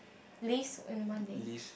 list in one day